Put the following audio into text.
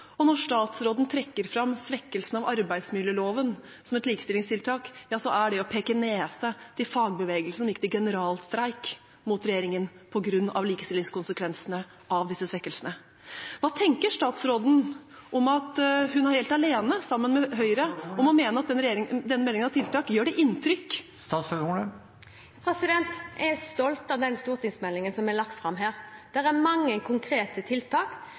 Og når statsråden trekker fram svekkelsen av arbeidsmiljøloven som et likestillingstiltak, er det å peke nese til fagbevegelsen som gikk til generalstreik mot regjeringen på grunn av likestillingskonsekvensene av disse svekkelsene. Hva tenker statsråden om at hun er helt alene, sammen med Høyre, om å mene at denne meldingen har tiltak? Gjør det inntrykk? Jeg er stolt av den stortingsmeldingen som er lagt fram her. Det er mange konkrete tiltak